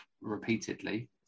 repeatedly